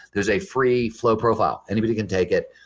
there's a free flow profile, anybody can take it.